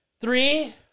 Three